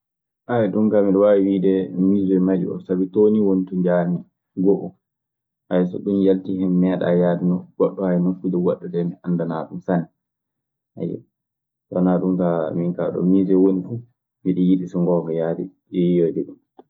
ɗun kaa miɗe waawi wiide Miisee Mali sabi too ni woni to njahami go'o. so ɗun yaltii hen mi meeɗaa yahde nokku goɗɗo nokkuuje goɗɗe dee min anndanaa ɗun sann. So wanaa ɗun kaa min kaa ɗo miisee woni fuu miɗe yiɗi so ngoonga yahde e yiyoyde ɗun.